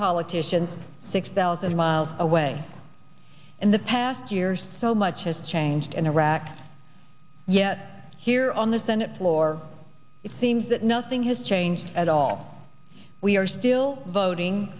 politicians six thousand miles away in the past year so much has changed in iraq yet here on the senate floor it seems that nothing has changed at all we are still voting